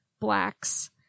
Blacks